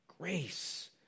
Grace